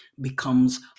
becomes